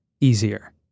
easier